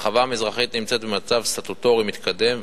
ההרחבה המזרחית נמצאת במצב סטטוטורי מתקדם,